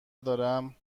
دارم